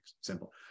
simple